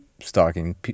stalking